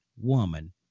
woman